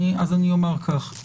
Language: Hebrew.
אז אני אומר כך,